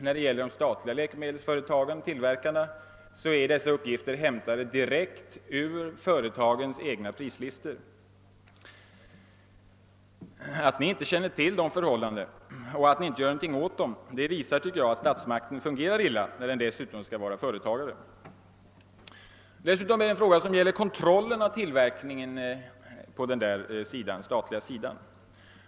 När det gäller de statli ga tillverkarnas prishöjningar är uppgifterna hämtade direkt ur företagens egna prislistor. Att Ni inte känner till dessa förhållanden och att Ni inte gör något åt dem visar att statsmakterna fungerar illa, när den dessutom skall vara företagare. En annan fråga gäller kontrollen av tillverkningen på den statliga sidan.